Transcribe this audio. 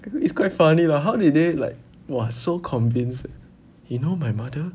know it's quite funny lah how did they like !wah! so convinced you know my mother